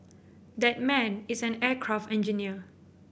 that man is an aircraft engineer